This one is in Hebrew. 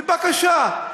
בבקשה,